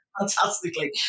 fantastically